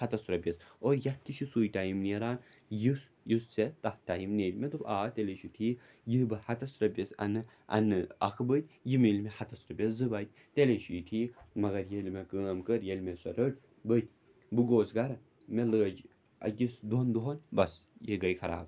ہَتَس رۄپیَس اور یَتھ تہِ چھِ سُے ٹایم نیران یُس یُس ژےٚ تَتھ ٹایم نیرِ مےٚ دوٚپ آ تیٚلے چھُ ٹھیٖک یہِ بہٕ ہَتَس رۄپیَس اَنہٕ اَنہٕ اَکھ بٔتۍ یہِ مِلہِ مےٚ ہَتَس رۄپیَس زٕ بَتہِ تیٚلے چھُ یہِ ٹھیٖک مگر ییٚلہِ مےٚ کٲم کٔر ییٚلہِ مےٚ سۄ رٔٹ بٔتۍ بہٕ گوس گَرٕ مےٚ لٲج أکِس دۄن دۄہَن بَس یہِ گٔے خراب